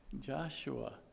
Joshua